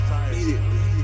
immediately